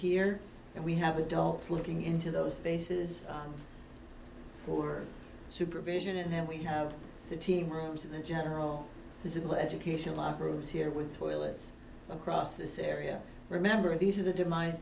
here and we have adults looking into those spaces who are supervision and then we have the team rooms and the general physical education law pros here with toilets across this area remember these are the demise